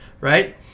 right